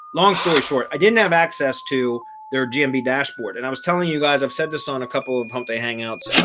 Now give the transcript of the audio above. long story short, i didn't have access to their gmb dashboard and i was telling you guys i've said this on a couple of hump day hangouts.